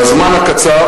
בזמן הקצר